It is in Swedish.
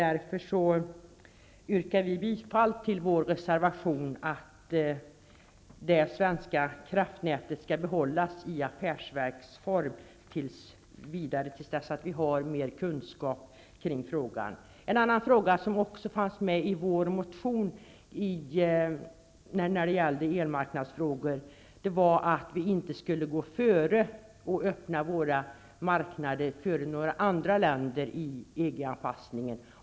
Därför yrkar jag bifall till vår reservation om att det svenska kraftnätet skall behållas i affärsverksform till dess att man har mer kunskaper i frågan. En annan sak som också togs upp i vår motion om elmarknadsfrågor var att Sverige vid en EG anpassning inte skall gå före och öppna sina marknader innan några andra länder gör det.